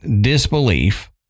disbelief